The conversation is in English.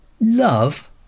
Love